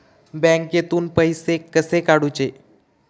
बँकेतून पैसे कसे काढूचे?